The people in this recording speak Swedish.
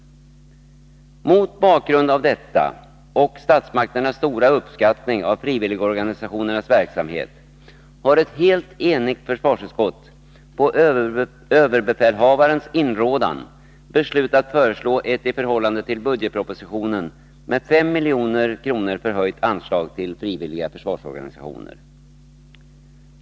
Mot bakgrund av detta och statsmakternas stora uppskattning av frivilligorganisationernas verksamhet har ett helt enigt försvarsutskott på överbefälhavarens inrådan beslutat föreslå ett i förhållande till budgetpropositionen med 5 milj.kr. förhöjt anslag till frivilliga försvarsorganisationer.